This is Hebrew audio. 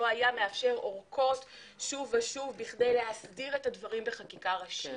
לא היה מאפשר אורכות שוב ושוב כדי להסדיר את הדברים בחקיקה ראשית.